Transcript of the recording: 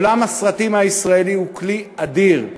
עולם הסרטים הישראלי הוא כלי אדיר.